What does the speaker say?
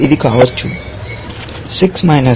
6 5 1 కి సమానం